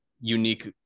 unique